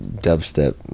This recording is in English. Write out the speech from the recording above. dubstep